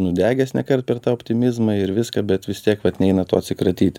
nudegęs nekart per tą optimizmą ir viską bet vis tiek vat neina tuo atsikratyti